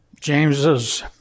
James's